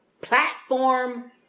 platform